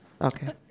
Okay